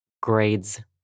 grades